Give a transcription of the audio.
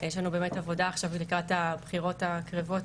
יש לנו באמת עבודה עכשיו לקראת הבחירות הקרבות,